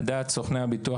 על דעת סוכני הביטוח.